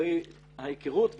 לגבי ההיכרות ונסיבותיה.